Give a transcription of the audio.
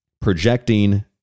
projecting